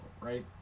right